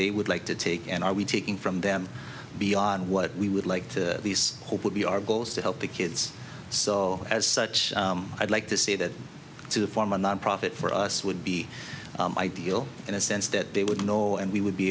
they would like to take and are we taking from them beyond what we would like to hope would be our goal is to help the kids so as such i'd like to see that to form a nonprofit for us would be ideal in a sense that they would know and we would be